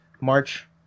March